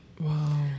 Wow